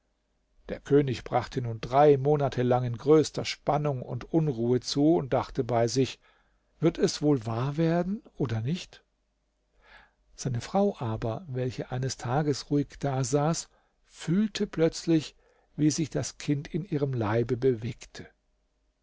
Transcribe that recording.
der könig brachte nun drei monate lang in größter spannung und unruhe zu und dachte bei sich wird es wohl wahr werden oder nicht seine frau aber welche eines tages ruhig dasaß fühlte plötzlich wie sich das kind in ihrem leibe bewegte